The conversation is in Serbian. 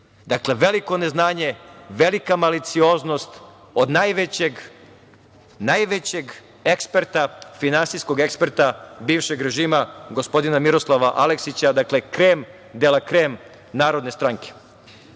Srbije. Veliko neznanje, velika malicioznost od najvećeg eksperta finansijskog bivšeg režima gospodina Miroslava Aleksića, krem de la krem Narodne stranke. Još